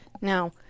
Now